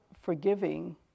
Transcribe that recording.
forgiving